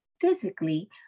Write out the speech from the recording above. physically